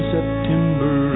September